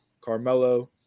Carmelo